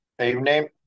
Evening